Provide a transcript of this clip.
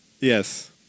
Yes